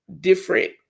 different